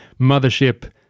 Mothership